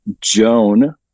Joan